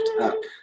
up